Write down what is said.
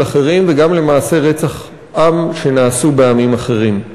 אחרים וגם למעשי רצח עם שנעשו בעמים אחרים.